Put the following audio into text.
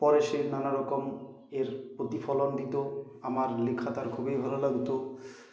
পরে সে নানারকমের প্রতিফলন দিত আমার লেখা তার খুবই ভালো লাগতো